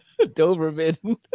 doberman